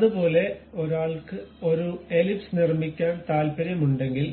അതുപോലെ ഒരാൾക്ക് ഒരു എലിപ്സ് നിർമ്മിക്കാൻ താൽപ്പര്യമുണ്ടെങ്കിൽ